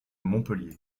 montpellier